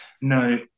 No